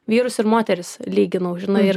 vyrus ir moteris lyginau žinai ir